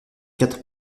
quatre